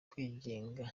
kwigenga